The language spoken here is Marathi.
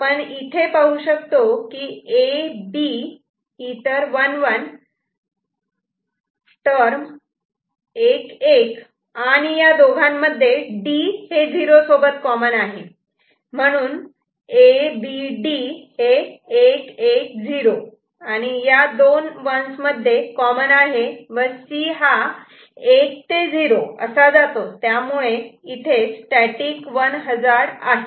आपण इथे पाहू शकतो की A B ही तर 1 1 आणि या दोघांमध्ये D हे 0 सोबत कॉमन आहे म्हणून A B D 1 1 0 आणि हे या दोन 1's मध्ये कॉमन आहे व C हा 1 ते 0 असा जातो आणि त्यामुळे तिथे स्टॅटिक 1 हजार्ड आहे